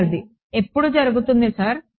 విద్యార్థి ఎప్పుడు జరుతుంది సర్